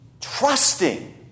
trusting